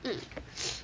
mm